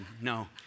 No